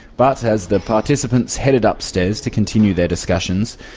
but, as the participants headed upstairs to continue their discussions,